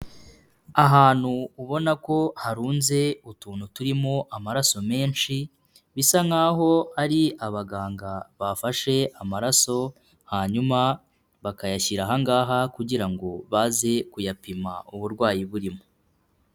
Ahantu ubona ko harunze utuntu turimo amaraso menshi, bisa nkaho ari abaganga bafashe amaraso hanyuma bakayashyira aha ngaha kugira ngo baze kuyapima uburwayi burimo.